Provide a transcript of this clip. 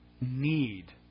need